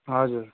हजुर